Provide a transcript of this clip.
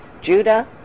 Judah